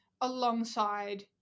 alongside